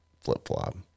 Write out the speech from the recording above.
flip-flop